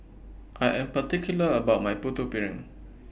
I Am particular about My Putu Piring